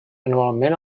anualment